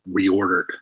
reordered